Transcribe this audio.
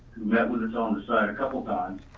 met with us on the site a couple times.